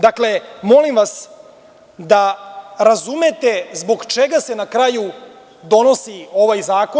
Dakle, molim vas, da razumete zbog čega se na kraju donosi ovaj zakon.